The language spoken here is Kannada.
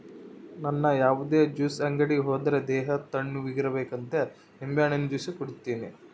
ನನ್ ಯಾವುದೇ ಜ್ಯೂಸ್ ಅಂಗಡಿ ಹೋದ್ರೆ ದೇಹ ತಣ್ಣುಗಿರಬೇಕಂತ ನಿಂಬೆಹಣ್ಣಿನ ಜ್ಯೂಸೆ ಕುಡೀತೀನಿ